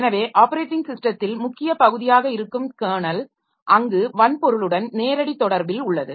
எனவே ஆப்பரேட்டிங் ஸிஸ்டத்தில் முக்கிய பகுதியாக இருக்கும் கெர்னல் அங்கு வன்பொருளுடன் நேரடி தொடர்பில் உள்ளது